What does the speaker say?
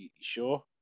sure